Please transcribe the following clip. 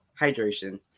hydration